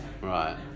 right